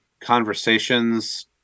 conversations